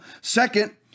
Second